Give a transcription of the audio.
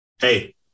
Hey